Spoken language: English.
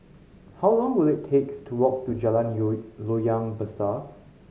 how long will it take to walk to Jalan Loyang Besar